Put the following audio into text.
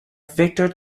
victor